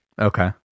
Okay